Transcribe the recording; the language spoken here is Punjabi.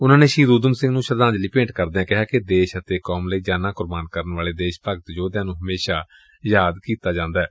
ਉਨਾਂ ਨੇ ਸ਼ਹੀਦ ਉਧਮ ਸਿੰਘ ਨੇ ਸ਼ਰਧਾਂਜਲੀ ਭੇਂਟ ਕਰਦਿਆਂ ਕਿਹਾ ਕਿ ਦੇਸ਼ ਅਤੇ ਕੌਮ ਲਈ ਜਾਨਾ ਕੁਰਬਾਨ ਕਰਨ ਵਾਲੇ ਦੇਸ਼ ਭਗਤ ਯੋਧਿਆਂ ਨੂੰ ਹਮੇਸ਼ਾ ਯਾਦ ਕੀਤਾ ਜਾਦੈ